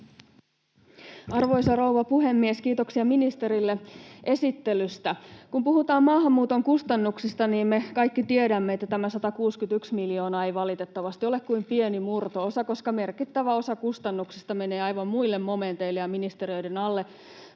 Arvoisa rouva puhemies! Kiitoksia ministerille esittelystä. Kun puhutaan maahanmuuton kustannuksista, niin me kaikki tiedämme, että tämä 161 miljoonaa ei valitettavasti ole kuin pieni murto-osa, koska merkittävä osa kustannuksista menee aivan muille momenteille ja ministeriöiden alle,